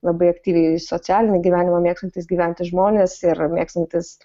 labai aktyviai socialinį gyvenimą mėgstantys gyventi žmonės ir mėgstantys